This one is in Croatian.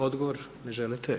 Odgovor, ne želite?